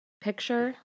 picture